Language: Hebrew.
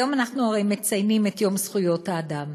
היום אנחנו הרי מציינים את יום זכויות האדם,